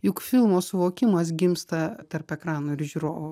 juk filmo suvokimas gimsta tarp ekrano ir žiūrovų